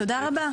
תודה רבה.